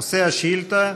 נושא השאילתה: